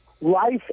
life